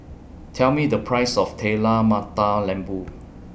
Tell Me The Price of Telur Mata Lembu